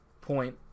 point